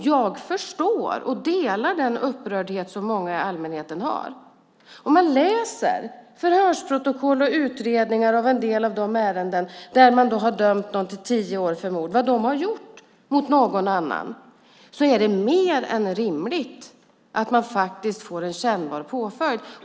Jag förstår och delar den upprördhet som många bland allmänheten känner. Om man läser förhörsprotokoll och utredningar i en del ärenden där personer har dömts till tio år för mord och ser vad de har gjort mot någon annan anser man att det är mer än rimligt att de får en kännbar påföljd.